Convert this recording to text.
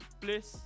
Bliss